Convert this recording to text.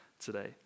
today